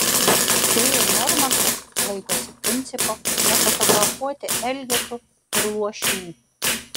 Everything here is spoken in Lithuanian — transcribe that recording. p normantas laikosi principo nefotografuoti elgetų ir luošių